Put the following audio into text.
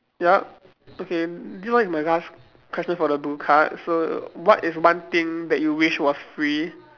yup okay this one is my last question for the blue card so what is one thing that you wish was free